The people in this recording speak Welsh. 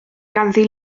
ganddi